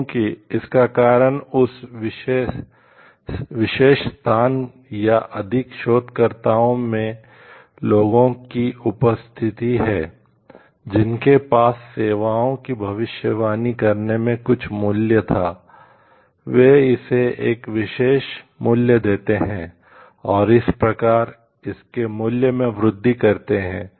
क्योंकि इसका कारण उस विशेष स्थान या अधिक शोधकर्ताओं में लोगों की उपस्थिति है जिनके पास सेवाओं की भविष्यवाणी करने में कुछ मूल्य था वे इसे एक विशेष मूल्य देते हैं और इस प्रकार इसके मूल्य में वृद्धि करते हैं